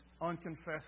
unconfessed